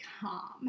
calm